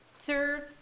Sir